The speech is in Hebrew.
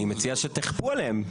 אני מציע שתכפו עליהם.